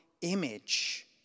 image